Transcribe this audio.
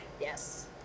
Yes